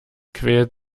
quält